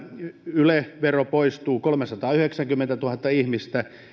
yle vero poistuu kolmesataayhdeksänkymmentätuhatta ihmistä